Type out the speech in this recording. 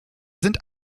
sind